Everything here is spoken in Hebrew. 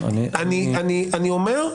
אני אומר,